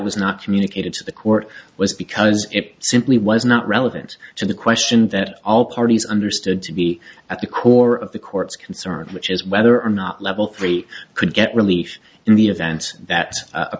was not communicated to the court was because it simply was not relevant to the question that all parties understood to be at the core of the court's concern which is whether or not level three could get relief in the event that